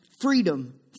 freedom